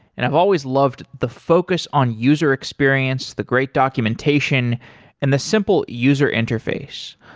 and i've always loved the focus on user experience, the great documentation and the simple user interface.